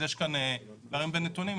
אז יש כאן פערים בנתונים.